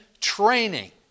training